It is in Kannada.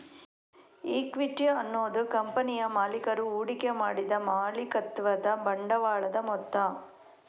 ಇಕ್ವಿಟಿ ಅನ್ನುದು ಕಂಪನಿಯ ಮಾಲೀಕರು ಹೂಡಿಕೆ ಮಾಡಿದ ಮಾಲೀಕತ್ವದ ಬಂಡವಾಳದ ಮೊತ್ತ